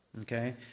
okay